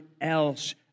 else